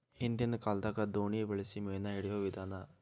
ಹಿಂದಿನ ಕಾಲದಾಗ ದೋಣಿ ಬಳಸಿ ಮೇನಾ ಹಿಡಿಯುವ ವಿಧಾನಾ